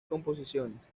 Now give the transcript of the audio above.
composiciones